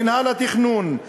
מינהל התכנון,